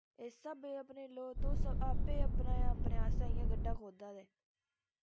इस स्हाबें अपने लोग तुस आपें अपने आस्तै इ'यां गड्डा खोदा दे